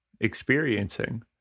experiencing